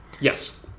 Yes